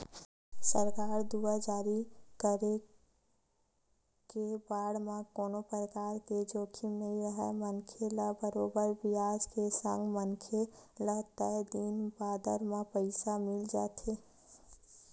सरकार दुवार जारी करे गे बांड म कोनो परकार के जोखिम नइ राहय मनखे ल बरोबर बियाज के संग मनखे ल तय दिन बादर म पइसा मिल जाथे